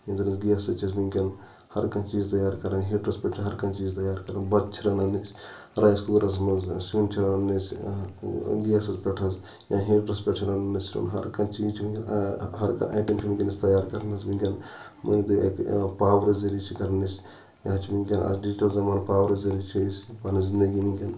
یُس زَن گیس حظ چھِ ؤنکیٚن ہَر کانٛہہ چِیز تیار کران ہِیٖٹرَس پؠٹھ چھِ ہَر کانٛہہ چِیٖز تیار کران بَتہٕ چھِ رَنان أسۍ رَیِس کُکرَس منٛز سِیُن چھِ رَنان أسۍ گیسَس پؠٹھ حظ یا ہِیٖٹرَس پؠٹھ چھِ رَنان سِیُن ہَر کانٛہہ چِیٖز چھِ ؤنکیٚن ٲں ہَر کانٛہہ اَیٹَم ؤنکیٚنَس تیار کران حظ ؤنکیٚن مٲنِو تُہۍ ٲں پاورٕ ذٔریعہٕ یہِ چھِ تیار کران أسۍ یا حظ چھِ ؤنکیٚن اَکھ ڈِجٹَل زَمانہٕ پاورٕ ذٔریعہٕ یہِ چھِ أسۍ پَنٕنۍ زِنٛدَگِی ؤنکیٚن